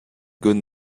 good